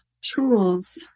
tools